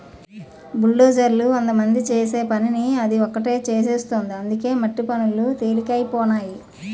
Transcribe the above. బుల్డోజర్లు వందమంది చేసే పనిని అది ఒకటే చేసేస్తుంది అందుకే మట్టి పనులు తెలికైపోనాయి